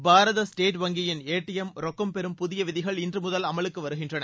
பாரத state வங்கியின் A T M ரொக்கம் பெரும் புதிய விதிகள் இன்று முதல் அமலுக்கு வருகின்றன